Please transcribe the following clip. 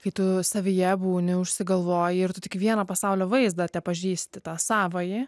kai tu savyje būni užsigalvoji ir tu tik vieną pasaulio vaizdą tepažįsti tą savąjį